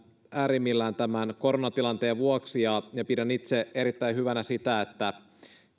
äärimmillään tämän koronatilanteen vuoksi ja ja pidän itse erittäin hyvänä sitä että